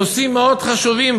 נושאים מאוד חשובים,